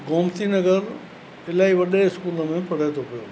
गोमती नगर इलाही वॾे इस्कूल में पढ़े थो पियो